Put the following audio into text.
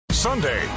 Sunday